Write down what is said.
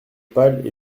pâle